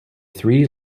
three